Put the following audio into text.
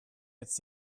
jetzt